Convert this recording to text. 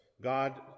God